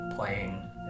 playing